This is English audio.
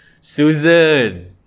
Susan